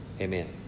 Amen